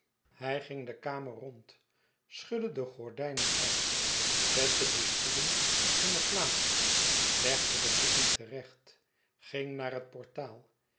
hij ging de kamer rond schudde de gordijnen uit zette de stoelen op hunne plaats legde de boeken terecht ging naar het portaal